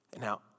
Now